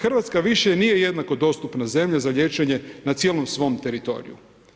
Hrvatska više nije jednako dostupna zemlja za liječenje na cijelom svom teritoriju.